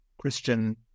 Christian